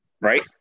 Right